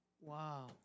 Wow